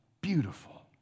beautiful